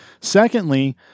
Secondly